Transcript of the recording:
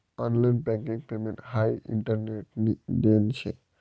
online banking payment हाई इंटरनेटनी देन शे